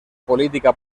política